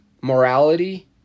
morality